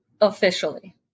officially